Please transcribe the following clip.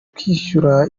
kwishyura